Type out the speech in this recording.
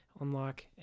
unlock